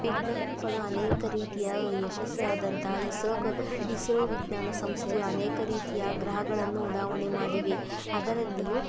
ವಿಜ್ಞಾನಿಗಳು ಅನೇಕ ರೀತಿಯ ಯಶಸ್ಸಾದಂತಹ ಇಸ್ರೋಗೆ ಇಸ್ರೋ ವಿಜ್ಞಾನ ಸಂಸ್ಥೆಯು ಅನೇಕ ರೀತಿಯ ಗ್ರಹಗಳನ್ನು ಉಡಾವಣೆ ಮಾಡಿವೆ ಅದರಲ್ಲಿಯೂ